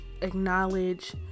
acknowledge